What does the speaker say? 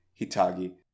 Hitagi